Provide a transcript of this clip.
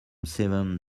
seven